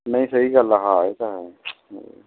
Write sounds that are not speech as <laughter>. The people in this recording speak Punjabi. ਨਹੀਂ ਸਹੀ ਗੱਲ ਆ ਹਾਂ ਇਹ ਤਾਂ ਹੈ <unintelligible>